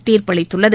தீர்ப்பளித்துள்ளது